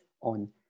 on